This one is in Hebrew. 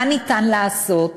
מה אפשר לעשות,